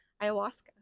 ayahuasca